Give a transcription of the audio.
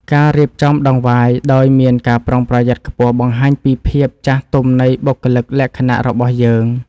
ការរៀបចំដង្វាយដោយមានការប្រុងប្រយ័ត្នខ្ពស់បង្ហាញពីភាពចាស់ទុំនៃបុគ្គលិកលក្ខណៈរបស់យើង។